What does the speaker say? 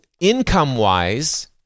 Income-wise